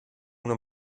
una